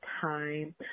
time